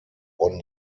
won